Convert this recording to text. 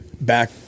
back